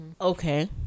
Okay